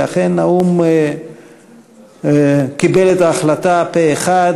ואכן האו"ם קיבל את ההחלטה פה אחד,